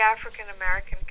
African-American